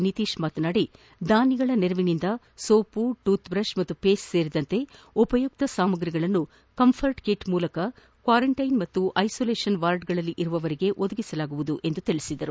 ನಿತೀಶ್ ಮಾತನಾಡಿ ದಾನಿಗಳ ನೆರವಿನಿಂದ ಸೋಪು ಟೂತ್ ಬ್ರಷ್ ಮತ್ತು ಪೇಸ್ಟ್ ಸೇರಿದಂತೆ ಉಪಯುಕ್ತ ಸಾಮ್ರಗಳನ್ನು ಕಂಫರ್ಟ್ ಕಿಟ್ ಮೂಲಕ ಕ್ವಾರೆಂಟ್ಟಿನ್ ಪಾಗೂ ಐಸೋಲೇಷನ್ ವಾರ್ಡ್ನಲ್ಲಿರುವವರಿಗೆ ಒದಗಿಸಲಾಗುವುದು ಎಂದು ತಿಳಿಸಿದರು